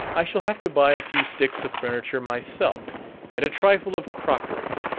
i shall have to buy a few sticks of furniture myself and a trifle of crockery.